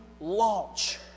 launch